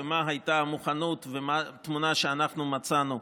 ומה הייתה המוכנות ומה התמונה שאנחנו מצאנו,